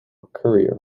courier